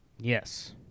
Yes